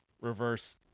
reverse